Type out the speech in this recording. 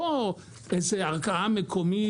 לא איזו ערכאה מקומית.